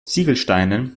ziegelsteinen